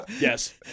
Yes